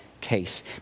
case